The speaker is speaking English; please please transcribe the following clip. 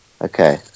Okay